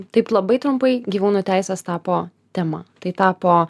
taip labai trumpai gyvūnų teisės tapo tema tai tapo